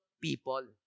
people